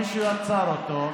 מישהו יצר אותו,